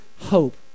hope